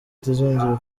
itazongera